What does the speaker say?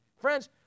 Friends